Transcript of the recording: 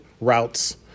routes